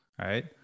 right